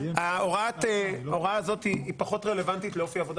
ההוראה הזאת היא פחות רלוונטית לאופי העבודה